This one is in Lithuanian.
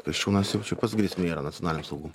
kasčiūnas jaučiu pats grėsmė yra nacionaliniam saugumui